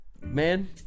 Man